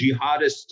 jihadist